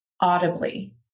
audibly